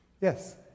Yes